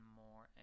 more